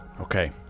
Okay